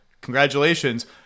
Congratulations